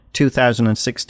2016